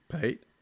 Pete